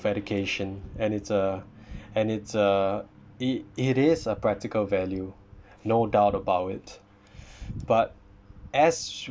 of education and it's a and it's a it it is a practical value no doubt about it but as